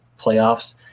playoffs